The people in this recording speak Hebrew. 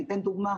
אני אתן דוגמא.